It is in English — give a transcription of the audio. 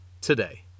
today